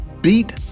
Beat